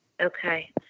Okay